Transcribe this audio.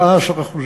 14%,